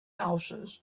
houses